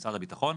שר הביטחון.